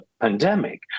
pandemic